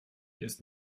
ist